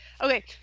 Okay